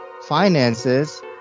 finances